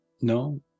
no